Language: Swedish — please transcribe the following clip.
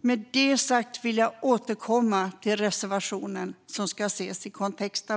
Med det vill jag återkomma till reservationen, som ska ses i denna kontext.